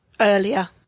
earlier